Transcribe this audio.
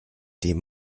dem